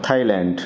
Thailand